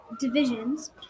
divisions